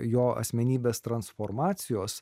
jo asmenybės transformacijos